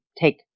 take